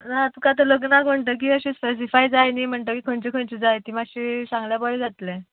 ना तुका आतां लग्नाक म्हणटकीच आतां स्पेसीफाय जाय न्ही म्हणटकीर खंयची खंयची जाय ती मातशी सांगल्यार बरें जातलें